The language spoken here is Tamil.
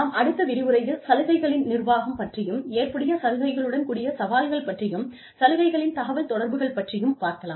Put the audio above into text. நாம் அடுத்த விரிவுரையில் சலுகைகளின் நிர்வாகம் பற்றியும் ஏற்புடைய சலுகைகளுடன் கூடிய சவால்கள் பற்றியும் சலுகைகளின் தகவல் தொடர்புகள் பற்றியும் பார்க்கலாம்